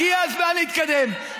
הגיע הזמן להתקדם.